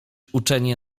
uczenie